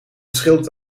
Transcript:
schildert